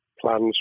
plans